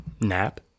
nap